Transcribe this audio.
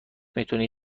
میتونی